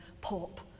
pop